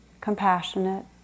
compassionate